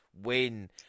win